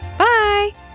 bye